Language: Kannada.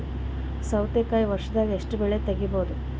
ಸೌತಿಕಾಯಿ ವರ್ಷದಾಗ್ ಎಷ್ಟ್ ಬೆಳೆ ತೆಗೆಯಬಹುದು?